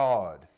God